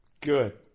Good